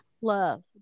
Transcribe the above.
love